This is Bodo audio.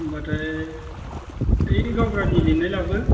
होनबाथाय बै गावबुरानि लिरनाय लाबो